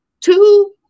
two